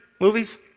movies